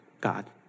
God